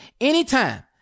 anytime